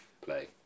play